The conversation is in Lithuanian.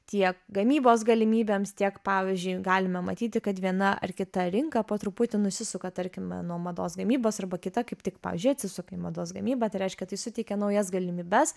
tiek gamybos galimybėms tiek pavyzdžiui galime matyti kad viena ar kita rinka po truputį nusisuka tarkime nuo mados gamybos arba kita kaip tik pavyzdžiui atsisuka į mados gamybą tai reiškia tai suteikia naujas galimybes